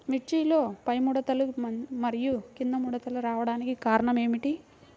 మిర్చిలో పైముడతలు మరియు క్రింది ముడతలు రావడానికి కారణం ఏమిటి?